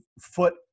foot